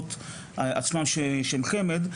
המוסדות עצמם שהם חמ"ד,